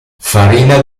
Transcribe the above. farina